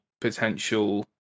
potential